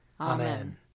Amen